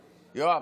יואב,